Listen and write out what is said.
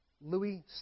Louis